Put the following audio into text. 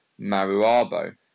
Maruabo